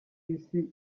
isi